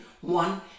one